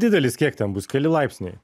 didelis kiek ten bus keli laipsniai